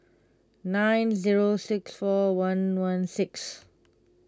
nine zero six four one one six